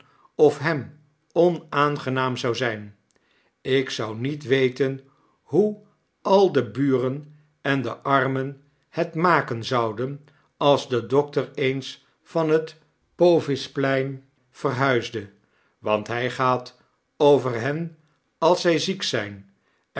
of hem onaangenaam zou zijn ik zou niet weten hoe al de buren en de armen het maken zouden als de dokter eens van het p o v i s p e i n verhuisde want hy gaat over hen als zy ziek zyn